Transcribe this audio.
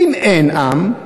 ואם אין עם,